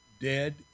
Dead